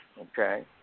Okay